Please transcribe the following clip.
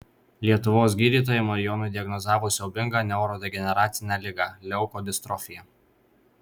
lietuvos gydytojai marijonui diagnozavo siaubingą neurodegeneracinę ligą leukodistrofija